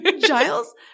Giles